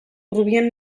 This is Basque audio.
hurbilen